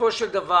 בסופו של דבר,